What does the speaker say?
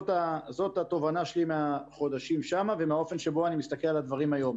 זאת התובנה שלי מהחודשים שם ומהאופן שבו אני מסתכל על הדברים היום.